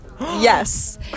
Yes